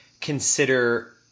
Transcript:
consider